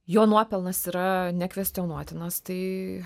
jo nuopelnas yra nekvestionuotinas tai